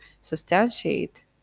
substantiate